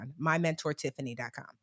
mymentortiffany.com